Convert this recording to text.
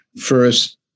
first